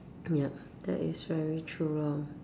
yup that is very true lor